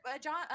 john